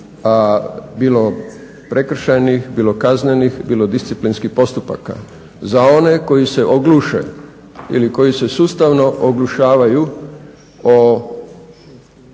bilo prekršajnih bilo kaznenih bilo disciplinskih postupaka za one koji se ogluše ili koji se sustavno oglušavaju o